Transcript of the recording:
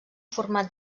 format